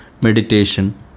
meditation